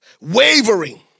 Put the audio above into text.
wavering